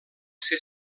ser